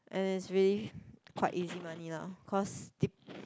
and it's really quite easy money lah cause